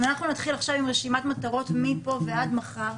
אם אנחנו נתחיל עם רשימת מטרות מפה ועד מחר,